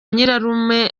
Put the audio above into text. nyirarume